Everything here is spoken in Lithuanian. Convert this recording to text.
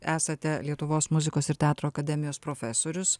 esate lietuvos muzikos ir teatro akademijos profesorius